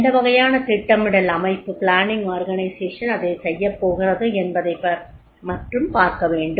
எந்த வகையான திட்டமிடல் அமைப்பு அதை செய்யப் போகிறது என்பதைப் பார்க்க வேண்டும்